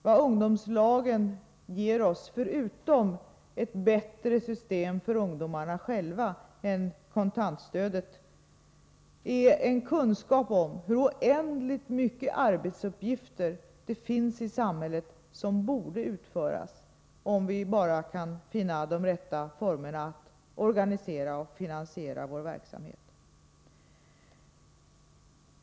Vad ungdomslagen ger oss, förutom ett bättre system för ungdomarna själva än kontantstödet, är en kunskap om hur oändligt mycket arbetsuppgifter det finns i samhället som borde utföras — om vi bara kan finna de rätta formerna för att organisera och finansiera vår verksamhet.